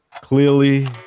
Clearly